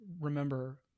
remember